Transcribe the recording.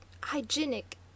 hygienic